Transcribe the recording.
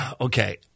Okay